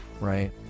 right